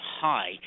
high